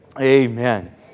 Amen